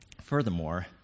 Furthermore